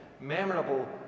memorable